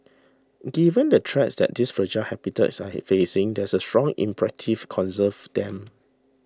given the threats that these fragile habitats are facing there is a strong imperative conserve them